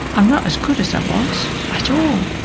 i'm not as good as i was at all,